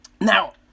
now